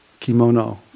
kimono